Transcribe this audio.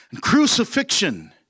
Crucifixion